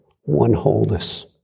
one-wholeness